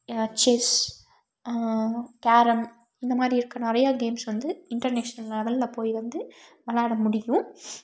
chess carrom இந்த மாதிரி இருக்க நிறையா கேம்ஸ் வந்து இன்டர்நேஷ்னல் லெவலில் போய் வந்து விளாட முடியும்